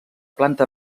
planta